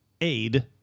aid